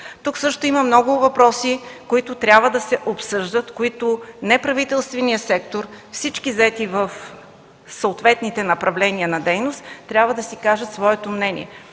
Тук също има много въпроси, които трябва да се обсъждат, по които неправителственият сектор и всички заети в съответните направления на дейност трябва да кажат своето мнение.